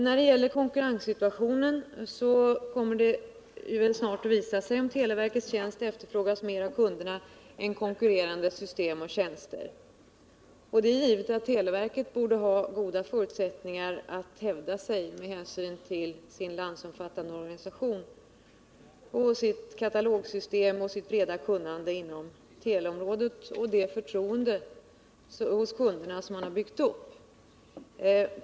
När det gäller konkurrenssituationen kommer det snart att visa sig om televerkets tjänst efterfrågas mer av kunderna än konkurrerande system och tjänster. Det är givet att televerket borde ha goda förutsättningar att hävda sig med hänsyn till sin landsomfattande organisation, sitt katalogsystem och sitt breda kunnande inom teleområdet samt det förtroende hos kunderna som man har byggt upp.